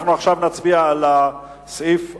עכשיו אנחנו נצביע על סעיף 4,